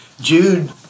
Jude